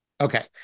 Okay